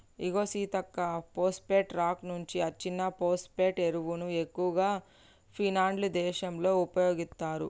ఇగో Seethakka phosphate rock నుంచి అచ్చిన phosphate ఎరువును ఎక్కువగా ఫిన్లాండ్ దేశంలో ఉపయోగిత్తారు